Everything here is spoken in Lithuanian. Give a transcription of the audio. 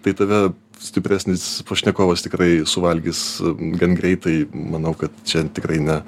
tai tave stipresnis pašnekovas tikrai suvalgys gan greitai manau kad čia tikrai ne